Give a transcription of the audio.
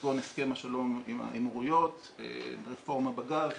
כגון הסכם השלום עם האמירויות, רפורמה בגז ובחשמל.